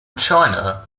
china